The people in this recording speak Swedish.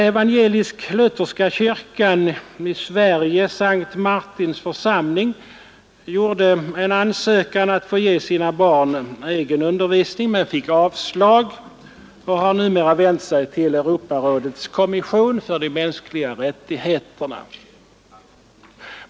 Evangelisk-lutherska kyrkan i Sverige, S:t Martins församling, ansökte att få ge sina barn egen undervisning men fick avslag och har numera vänt sig till Europarådets kommission för de mänskliga rättigheterna.